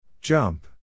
Jump